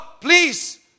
please